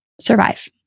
survive